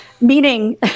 meaning